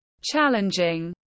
challenging